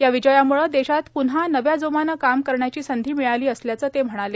या विजयामुळे देशात प्न्हा नव्या जोमाने काम करण्याची संधी मिळाली असल्याचे ते म्हणाले